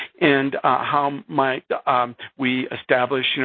and how might we establish, you know,